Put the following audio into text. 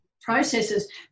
processes